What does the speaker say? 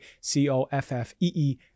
c-o-f-f-e-e